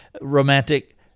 romantic